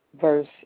verse